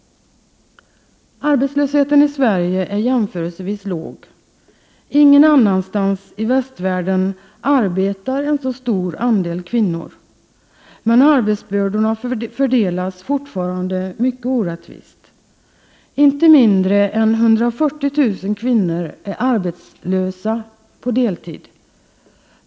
Arbetslösheten i Sverige är jämförelsevis låg. Ingen annanstans i västvärlden arbetar en så stor andel kvinnor. Men arbetsbördorna fördelas fortfarande mycket orättvist. Inte mindre än 140 000 kvinnor är arbetslösa på deltid.